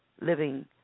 living